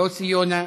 יוסי יונה,